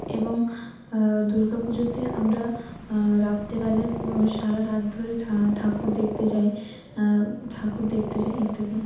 এবং দুর্গাপুজোতে আমরা রাত্রেবেলায় সারারাত ধরে ঠাকুর দেখতে যাই ঠাকুর দেখতে যাই ইত্যাদি